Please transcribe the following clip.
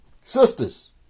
Sisters